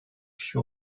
kişi